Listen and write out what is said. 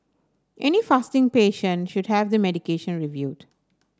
any fasting patient should have their medication reviewed